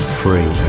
free